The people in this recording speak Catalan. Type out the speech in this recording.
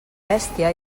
bèstia